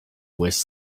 was